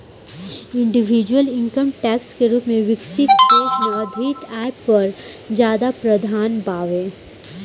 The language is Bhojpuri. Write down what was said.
इंडिविजुअल इनकम टैक्स के रूप में विकसित देश में अधिक आय पर ज्यादा प्रावधान बावे